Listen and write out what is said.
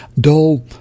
Dull